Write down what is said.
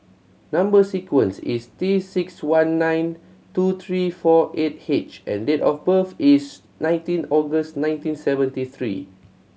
number sequence is T six one nine two three four eight H and date of birth is nineteen August nineteen seventy three